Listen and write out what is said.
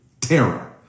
terror